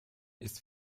ist